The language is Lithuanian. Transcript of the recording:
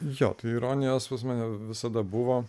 jo ironijos pas mane visada buvo